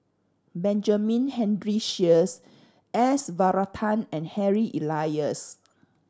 Benjamin Henry Sheares S Varathan and Harry Elias